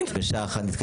בשעה 13:00. תודה.